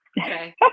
okay